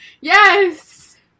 Yes